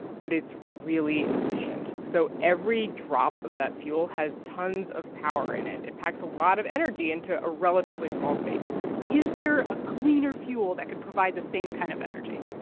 but it's really efficient. so every drop of that fuel has tons of power in it. it packs a lot of energy into a relatively small space is there a cleaner fuel that could provide the same kind of energy?